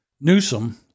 Newsom